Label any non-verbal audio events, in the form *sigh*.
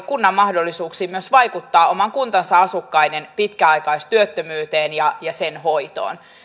*unintelligible* kunnan mahdollisuuksiin vaikuttaa oman kuntansa asukkaiden pitkäaikaistyöttömyyteen ja ja sen hoitoon